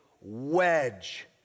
wedge